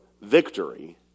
victory